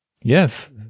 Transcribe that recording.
yes